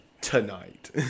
tonight